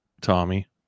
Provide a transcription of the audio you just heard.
Tommy